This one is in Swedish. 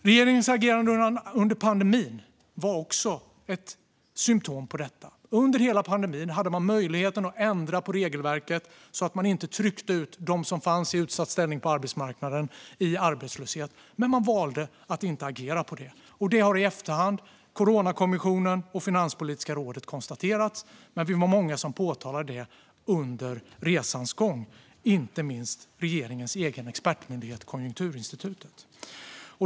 Regeringens agerande under pandemin var också ett symtom på detta. Under hela pandemin hade man möjlighet att ändra på regelverket, så att man inte tryckte ut dem som fanns i utsatt ställning på arbetsmarknaden i arbetslöshet. Men man valde att inte agera på det. Det har Coronakommissionen och Finanspolitiska rådet i efterhand konstaterat. Men vi var många som påtalade det under resans gång, inte minst regeringens egen expertmyndighet Konjunkturinstitutet.